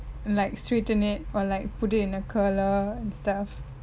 like straighten it or like put it in a curler and stuff